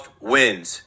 wins